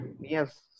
Yes